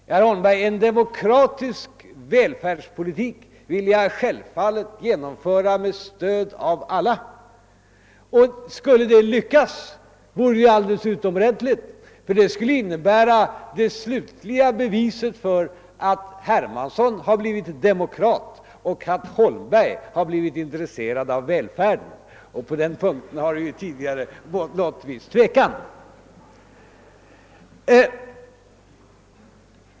Ja, herr Holmberg, en demokratisk välfärdspolitik vill jag självfallet genomföra med stöd av alla, och skulle den lyckas vore det alldeles utomordentligt, eftersom det skulle innebära det slutgiltiga beviset för att herr Hermansson har blivit demokrat och att herr Holmberg har blivit intresserad av välfärden. På den punkten har det ju tidigare rått ett visst tvivel beträffande dessa båda.